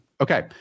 Okay